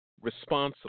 responsible